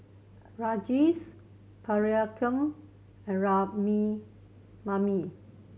Rajesh Priyanka and